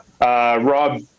Rob